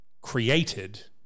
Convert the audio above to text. created